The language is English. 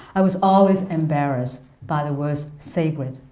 i was always embarrassed by the words sacred,